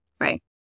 Right